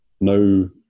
no